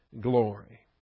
glory